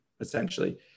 essentially